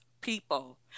people